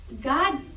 God